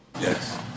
Yes